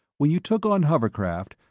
when you took on hovercraft,